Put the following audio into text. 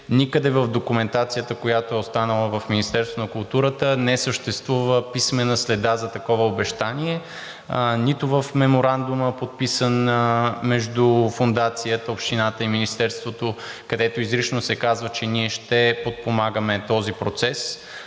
никъде в документацията, която е останала в Министерството на културата, не съществува писмена следа за такова обещание – нито в меморандума, подписан между Фондацията, Общината и Министерството, където изрично се казва, че ние ще подпомагаме този процес,